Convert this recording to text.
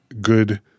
good